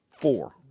four